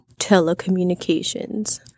telecommunications